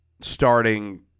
starting